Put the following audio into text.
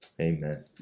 Amen